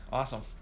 awesome